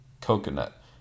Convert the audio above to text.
coconut